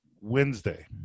wednesday